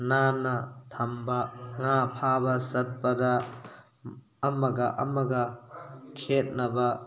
ꯅꯥꯟꯅ ꯊꯝꯕ ꯉꯥ ꯐꯥꯕ ꯆꯠꯄꯗ ꯑꯃꯒ ꯑꯃꯒ ꯈꯦꯠꯅꯕ